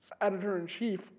editor-in-chief